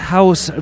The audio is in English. House